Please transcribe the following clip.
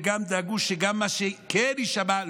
וגם דאגו שמה שכן יישמע,